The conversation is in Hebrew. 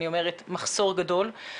אני אומרת: מחסור גדול.